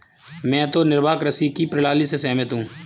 मैं तो निर्वाह कृषि की प्रणाली से सहमत हूँ